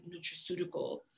nutraceutical